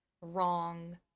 wrong